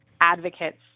advocates